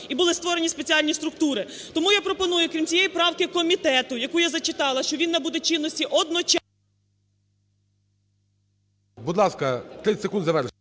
і були створені спеціальні структури. Тому я пропоную, крім цієї правки комітету, яку я зачитала, що він набуде чинності одночасно… ГОЛОВУЮЧИЙ. Будь ласка, 30 секунд завершити.